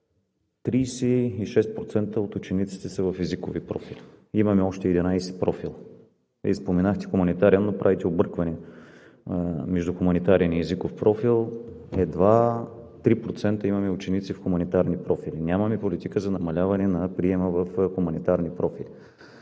36% от учениците са в езикови профили, имаме още 11 профила. Вие споменахте хуманитарен, но правите обърквания между хуманитарен и езиков профил. Едва 3% имаме ученици в хуманитарни профили. Нямаме политика за намаляване на приема в хуманитарни профили.